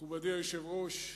מכובדי היושב-ראש,